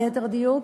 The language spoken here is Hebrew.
ליתר דיוק.